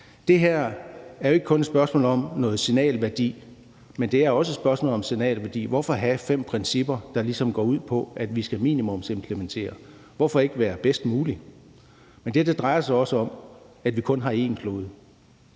Det her er jo ikke kun et spørgsmål om noget signalværdi, men det er også et spørgsmål om signalværdi. Hvorfor have fem principper, der ligesom går ud på, at vi skal minimumsimplementere? Hvorfor ikke være bedst mulig? Men det drejer sig også om, at vi kun har én klode.